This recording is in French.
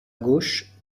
gauche